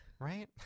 Right